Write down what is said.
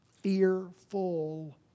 fearful